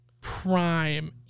prime